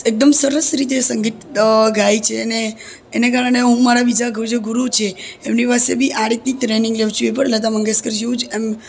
એકદમ સરસ રીતે સંગીત ગાય છે ને એને કારણે હું મારા બીજા જે ગુરુ છે એમની પાસે બી આ રીતની ટ્રેનિંગ લઉં છું એ પણ લતા મંગેશકર જેવું જ એમ